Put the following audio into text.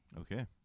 Okay